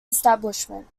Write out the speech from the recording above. establishment